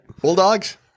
Bulldogs